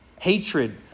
hatred